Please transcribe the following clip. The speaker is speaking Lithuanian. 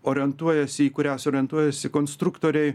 orientuojasi į kurias orientuojasi konstruktoriai